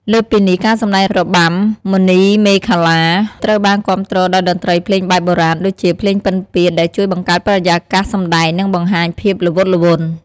លើសពីនេះ ការសម្តែងរបាំមុនីមាឃលា ត្រូវបានគាំទ្រដោយតន្ត្រីភ្លេងបែបបុរាណ ដូចជា ភ្លេងពិណពាទ្យ ដែលជួយបង្កើតបរិយាកាសសម្តែង និងបង្ហាញភាពល្វត់ល្វន់។